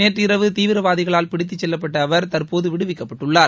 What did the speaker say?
நேற்றிரவு தீவிரவாதிகளால் பிடித்து செல்லப்பட்ட அவர் தற்போது விடுவிக்கப்பட்டுள்ளார்